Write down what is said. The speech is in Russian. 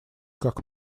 как